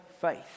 faith